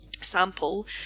sample